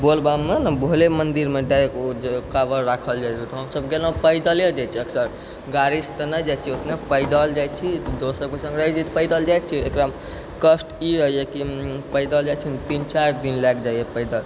बोलबममे भोले मन्दिरमे डायरेक्ट उ कांवर राखल जाइ छै तऽ हमसब गेलहुँ पैदले जाइ छियै अक्सर गाड़ीसँ तऽ नहि जाय छियै उतना पैदल जाय छी तऽ दोस्त सबके सङ्ग रहै छी तऽ पैदल जाइ छी ओकरा कष्ट ई रहै यऽ पैदल जाइ छी तऽ तीन चारि दिन लागि जाइए पैदल